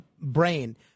brain